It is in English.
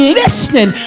listening